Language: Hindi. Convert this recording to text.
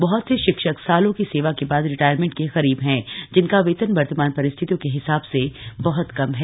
बह्त से शिक्षक सालों की सेवा के बाद रिटायरमेंट के करीब है जिनका वेतन वर्तमान परिस्थितियों के हिसाब से बह्त कम है